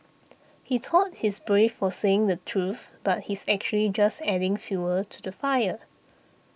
he thought he's brave for saying the truth but he's actually just adding fuel to the fire